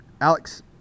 Alex